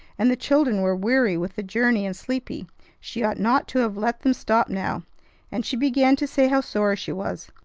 and the children were weary with the journey and sleepy she ought not to have let them stop now and she began to say how sorry she was.